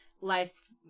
Life's